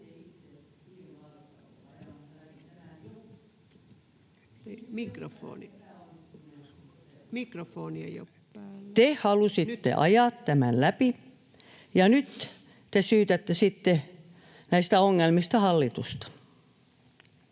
Mikrofoni ei ole päällä! — Nyt!] Te halusitte ajaa tämän läpi, ja nyt te syytätte sitten näistä ongelmista hallitusta.